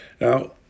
Now